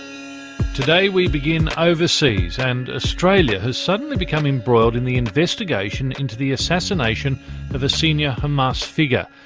today we begin overseas and australia has suddenly become embroiled in the investigation into the assassination of a senior hamas figure.